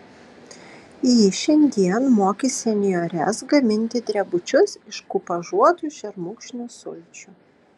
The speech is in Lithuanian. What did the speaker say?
ji šiandien mokys senjores gaminti drebučius iš kupažuotų šermukšnių sulčių